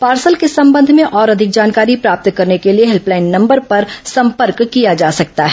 parcel के संबंध में और अधिक जानकारी प्रापत करने के लिए हेल्पलाइन नंबर पर संपर्क किया जा सकता है